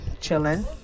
chilling